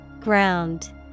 Ground